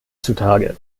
zutage